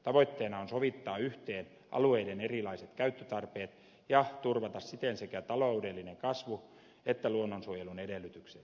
tavoitteena on sovittaa yhteen alueiden erilaiset käyttötarpeet ja turvata siten sekä taloudellinen kasvu että luonnonsuojelun edellytykset